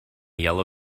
yellow